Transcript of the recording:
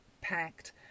packed